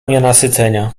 nienasycenia